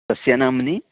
कस्य नाम्नि